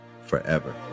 forever